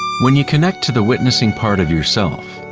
when you connect to the witnessing part of yourself,